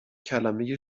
کلمه